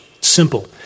Simple